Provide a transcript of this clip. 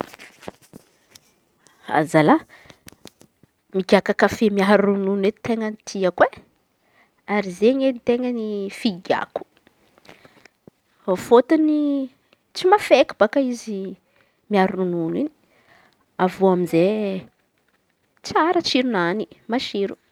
Zalahy migaka kafe miaro ronono e, ten̈a tiako e! Ary izen̈y edy ten̈a figako fôtony tsy mafeky baka izy miaro ronono in̈y avy eo amy izey tsara tsironany matsiro.